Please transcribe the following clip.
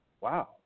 wow